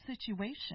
situation